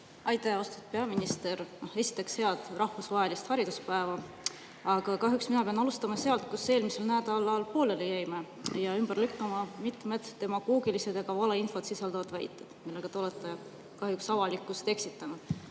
Aitäh! Austatud peaminister! Esiteks, head rahvusvahelist hariduspäeva! Kahjuks mina pean alustama sealt, kus me eelmisel nädalal pooleli jäime, ja ümber lükkama mitmed demagoogilised ja ka valeinfot sisaldavad väited, millega te olete kahjuks avalikkust eksitanud. Esiteks,